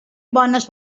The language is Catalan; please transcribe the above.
bones